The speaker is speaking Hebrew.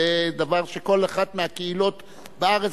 זה דבר שכל אחת מהקהילות בארץ,